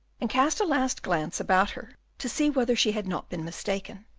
and cast a last glance about her to see whether she had not been mistaken,